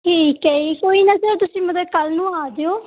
ਠੀਕ ਹੈ ਜੀ ਕੋਈ ਨਾ ਸਰ ਤੁਸੀਂ ਮਤਲਬ ਕੱਲ੍ਹ ਨੂੰ ਆ ਜਾਇਓ